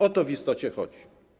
O to w istocie chodzi.